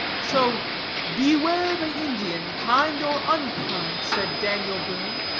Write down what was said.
so beware the indian, kind or unkind, said daniel boone,